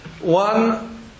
One